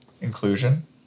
inclusion